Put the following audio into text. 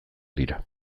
dira